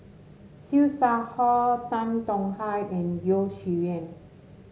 Siew Shaw Her Tan Tong Hye and Yeo Shih Yun